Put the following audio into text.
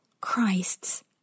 Christ's